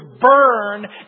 burn